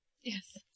Yes